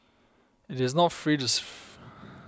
it is not safe to freeze